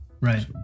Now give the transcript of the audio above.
Right